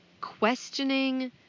questioning